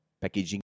packaging